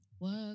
work